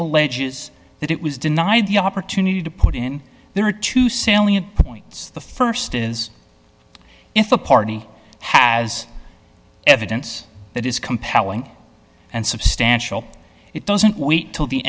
alleges that it was denied the opportunity to put in there or to salient points the st is if the party has evidence that is compelling and substantial it doesn't wait till the